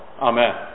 Amen